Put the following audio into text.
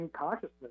consciousness